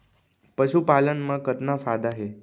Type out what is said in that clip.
पशुपालन मा कतना फायदा हे?